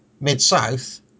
Mid-South